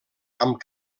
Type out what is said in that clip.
amb